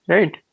Right